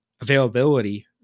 availability